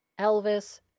elvis